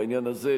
בעניין הזה,